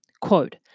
Quote